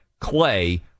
Clay